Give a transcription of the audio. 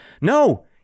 No